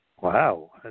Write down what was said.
Wow